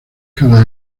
cada